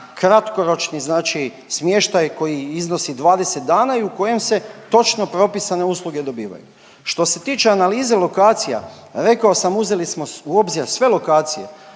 kratkoročni znači smještaj koji iznosi 20 dana i u kojem se točno propisane usluge dobivaju. Što se tiče analize lokacija rekao sam uzeli smo u obzir sve lokacije